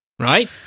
Right